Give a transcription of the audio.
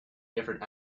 different